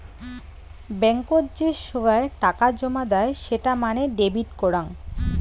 বেঙ্কত যে সোগায় টাকা জমা দেয় সেটা মানে ডেবিট করাং